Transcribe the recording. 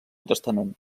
testament